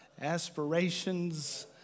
aspirations